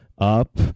Up